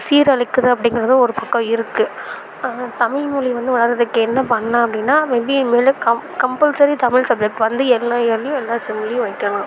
சீரழிக்குது அப்படிங்கிறதும் ஒரு பக்கம் இருக்குது தமிழ் மொழி வந்து வளர்றதுக்கு என்ன பண்ணலாம் அப்படின்னா மேபி இனிமேல் கம் கம்பல்சரி தமிழ் சப்ஜெக்ட் வந்து எல்லா இயர்லேயும் எல்லா செம்லேயும் வைக்கணும்